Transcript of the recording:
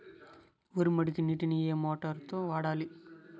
వరి మడికి నీటిని ఏ మోటారు తో వాడాలి?